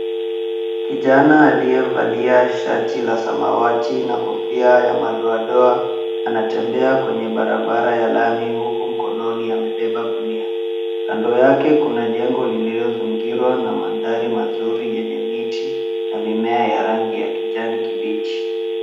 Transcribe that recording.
Kijana aliyevalia shati la samawati na kofia ya madoadoa anatembea kwenye barabara huku mkononi amebeba ngunia, kando yake kuna jengo lililozingirwa na mandhari mazuri yenye viti na mimea ya rangi ya kijani kibichi.